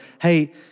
hey